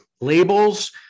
labels